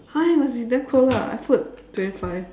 !huh! you must be damn cold lah I put twenty five